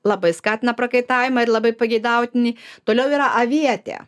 labai skatina prakaitavimą ir labai pageidautini toliau yra avietė